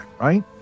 right